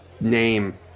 name